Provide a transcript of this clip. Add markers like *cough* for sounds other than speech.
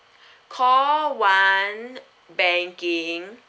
*breath* call one banking